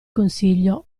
consiglio